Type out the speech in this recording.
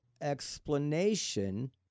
explanation